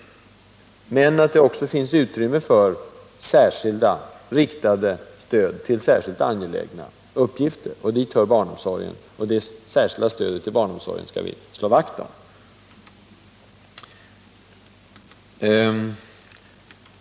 Vi är också överens om att det måste finnas utrymme för särskilda riktade stöd till särskilt angelägna uppgifter. Dit hör barnomsorgen, och det särskilda stödet till barnomsorgen skall vi slå vakt om.